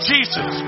Jesus